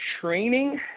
training